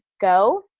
go